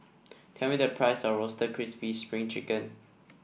tell me the price of Roasted Crispy Spring Chicken